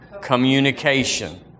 Communication